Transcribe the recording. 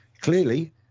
Clearly